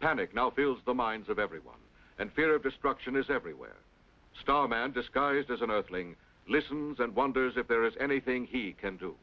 panic now feels the minds of everyone and fear of destruction is everywhere stop man disguised as an earthling listens and wonders if there is anything he